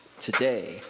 today